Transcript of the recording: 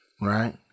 Right